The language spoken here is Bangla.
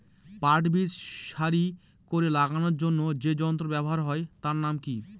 পাট বীজ সারি করে লাগানোর জন্য যে যন্ত্র ব্যবহার হয় তার নাম কি?